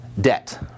debt